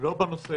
לא בנושא